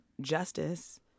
justice